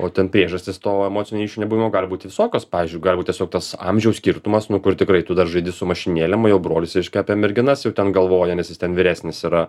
o ten priežastys to emocinio ryšio nebuvimo gali būti visokios pavyzdžiui gal tiesiog tas amžiaus skirtumas nu kur tikrai tu dar žaidi su mašinėlėm o jau brolis reiškia apie merginas jau ten galvoja nes jis ten vyresnis yra